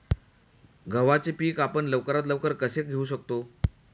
गव्हाचे पीक आपण लवकरात लवकर कसे घेऊ शकतो?